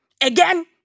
Again